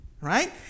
Right